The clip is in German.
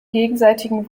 gegenseitigen